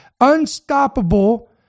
unstoppable